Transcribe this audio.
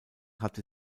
hatte